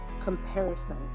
comparison